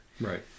Right